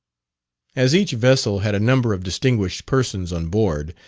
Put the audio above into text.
as each vessel had a number of distinguished persons on board,